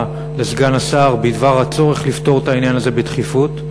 לסגן השר בדבר הצורך לפתור את העניין הזה בדחיפות.